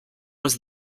was